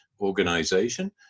organization